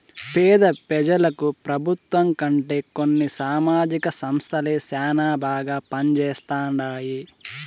పేద పెజలకు పెబుత్వం కంటే కొన్ని సామాజిక సంస్థలే శానా బాగా పంజేస్తండాయి